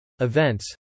events